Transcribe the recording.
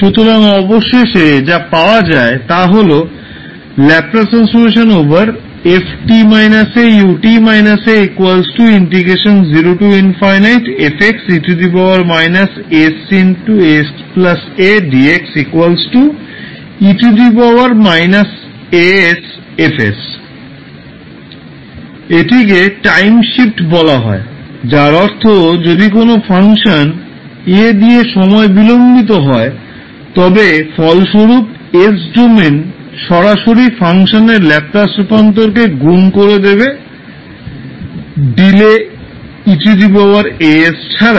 সুতরাং অবশেষে যা পাওয়া যায় তা হল এটিকে টাইম শিফট বলা হয় যার অর্থ যদি কোনও ফাংশন a দিয়ে সময় বিলম্বিত হয় তবে ফলস্বরূপ s ডোমেন সরাসরি ফাংশনের ল্যাপলাস রূপান্তরকে গুণ করে দেবে ডিলে 𝑒−𝑎𝑠 ছাড়াই